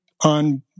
on